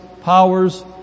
powers